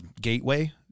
gateway